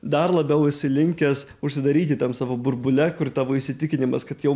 dar labiau esi linkęs užsidaryti tam savo burbule kur tavo įsitikinimas kad jau